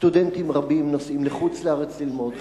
סטודנטים רבים נוסעים לחוץ-לארץ ללמוד,